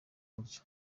buryo